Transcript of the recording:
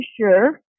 sure